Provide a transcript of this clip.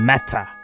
Matter